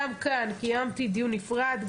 גם כאן קיימתי דיון נפרד.